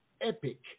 epic